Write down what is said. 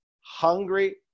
hungry